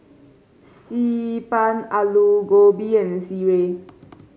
Xi Ban Aloo Gobi and sireh